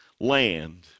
land